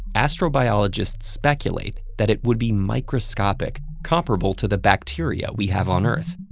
astrobiologists speculate that it would be microscopic, comparable to the bacteria we have on earth.